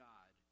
God